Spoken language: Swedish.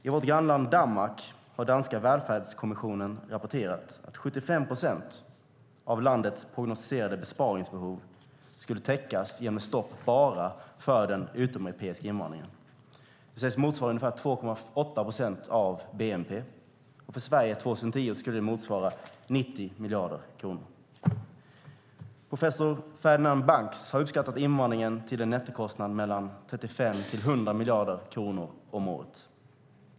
I vårt grannland Danmark har danska Välfärdskommissionen rapporterat att 75 procent av landets prognostiserade besparingsbehov skulle täckas genom ett stopp bara för den utomeuropeiska invandringen. Det sägs motsvara ungefär 2,8 procent av bnp. För Sverige 2010 skulle det motsvara 90 miljarder kronor. Professor Ferdinand E. Banks har uppskattat nettokostnaden för invandringen till 35-100 miljarder om året.